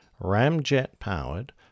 ramjet-powered